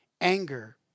Anger